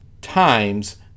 times